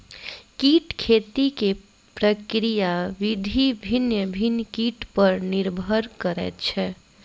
कीट खेती के प्रक्रिया विधि भिन्न भिन्न कीट पर निर्भर करैत छै